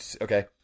Okay